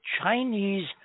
chinese